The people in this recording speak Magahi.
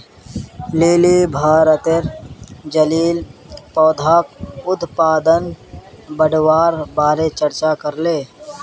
लिली भारतत जलीय पौधाक उत्पादन बढ़वार बारे चर्चा करले